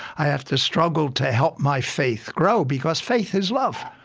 i have to struggle to help my faith grow. because faith is love.